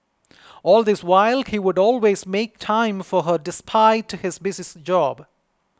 all this while he would always make time for her despite to his busies job